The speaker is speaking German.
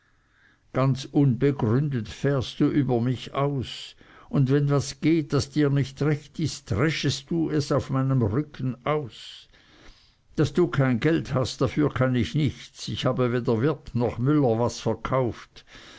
ganz unbegründet fährst du über mich aus und wenn was geht das dir nicht recht ist dreschest du es auf meinem rücken aus daß du kein geld hast dafür kann ich nichts ich habe weder wirt noch müller was verkauft